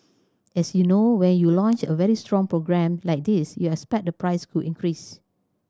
as you know when you launch a very strong program like this you expect the price could increase